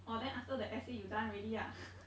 orh then after the essay you done already ah